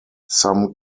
some